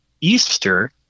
Easter